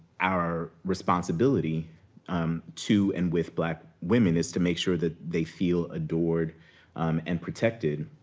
our responsibility um to, and with, black women, is to make sure that they feel adored um and protected.